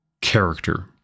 character